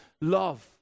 love